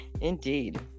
indeed